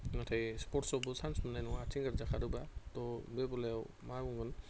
नाथाय स्पर्टसआवबो सान्स मोना आथिं गोजा खारोबा त' मा बुंगोन